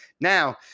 Now